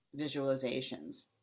visualizations